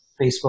Facebook